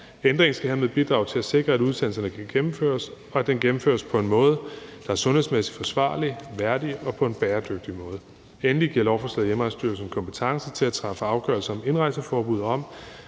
Ændringen skal hermed bidrage til at sikre, at udsendelserne kan gennemføres, og at de gennemføres på en måde, der er sundhedsmæssigt forsvarlig og værdig, og på en bæredygtig måde. Endelig giver lovforslaget Hjemrejsestyrelsen kompetence til at træffe afgørelse om indrejseforbud og